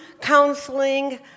counseling